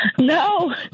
No